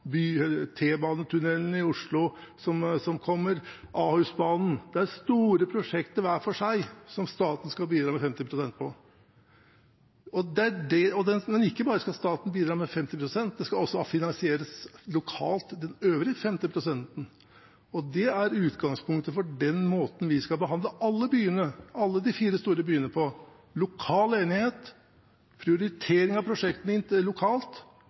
Fornebubanen, T-banetunnelen i Oslo – som kommer – og Ahusbanen. Det er store prosjekter hver for seg, der staten skal bidra med 50 pst. Men ikke bare skal staten bidra med 50 pst., den øvrige 50 pst.-en skal finansieres lokalt. Dette er utgangspunktet for den måten vi skal behandle alle de fire store byene på: lokal enighet, prioritering av prosjektene lokalt